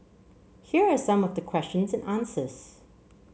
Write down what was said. here are some of the questions and answers